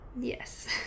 yes